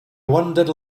wandered